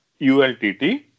ULTT